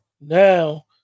now